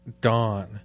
dawn